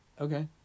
Okay